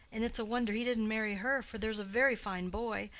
and it's a wonder he didn't marry her, for there's a very fine boy,